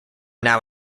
now